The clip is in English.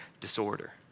disorder